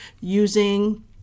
using